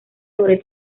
sobre